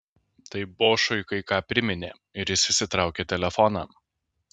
tai bošui kai ką priminė ir jis išsitraukė telefoną